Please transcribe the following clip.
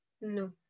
No